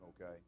okay